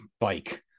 bike